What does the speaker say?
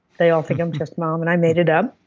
they all think i'm just mom, and i made it up.